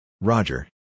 Roger